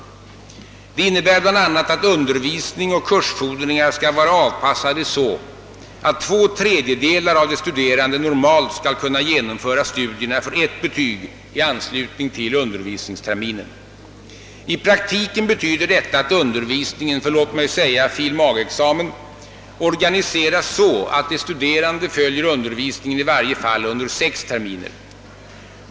De innebär bl.a. att undervisning och kursfordringar skall vara avpassade så att två tredjedelar av de studerande normalt skall kunna genomföra studierna för ett betyg i anslutning till undervisningsterminen. I praktiken betyder detta att undervisningen för t.ex. fil. mag.-examen organiseras så att de studerande följer undervisningen i varje fall under sex terminer.